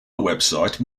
website